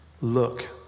look